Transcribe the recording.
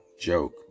joke